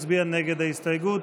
מצביע נגד ההסתייגות.